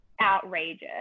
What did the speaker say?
outrageous